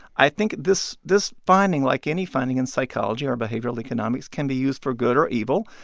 i think this this finding, like any finding in psychology or behavioral economics, can be used for good or evil.